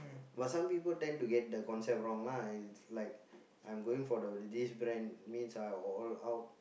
but some people tend to get the concept wrong lah it's like I'm going for the this brand means like all out